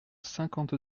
cinquante